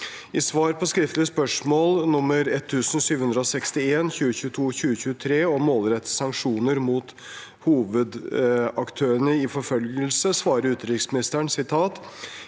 I svar på skriftlig spørsmål nr. 1 761 (2022–2023) om målrettede sanksjoner mot hovedaktører i forfølgelsen, svarer utenriksministeren: